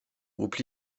groupe